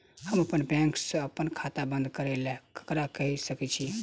हम अप्पन बैंक सऽ अप्पन खाता बंद करै ला ककरा केह सकाई छी?